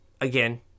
again